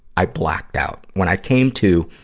i blacked out. when i came to,